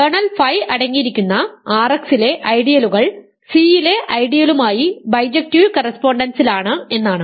kernel phi അടങ്ങിയിരിക്കുന്ന R x ലെ ഐഡിയലുകൾ സിയിലെ ഐഡിയലുമായി ബൈജക്ടീവ് കറസ്പോണ്ടൻസിലാണ് എന്നാണ്